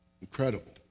incredible